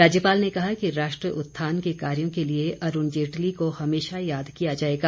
राज्यपाल ने कहा कि राष्ट्र उत्थान के कार्यों के लिए अरूण जेटली को हमेशा याद किया जाएगा